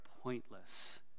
pointless